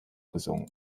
gesungen